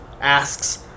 asks